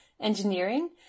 engineering